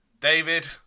David